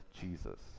Jesus